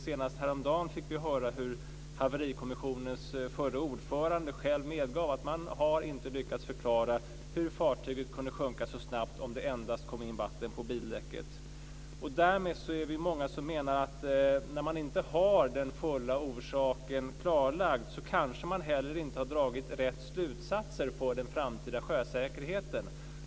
Senast häromdagen fick vi höra hur Haverikommissionens förre ordförande själv medgav att man inte har lyckats att förklara hur fartyget kunde sjunka så snabbat om det endast kom in vatten på bildäcket. Vi är många som menar att när orsaken inte är helt klarlagd, kanske man inte heller har dragit de rätta slutsatserna om den framtida sjösäkerheten.